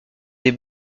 des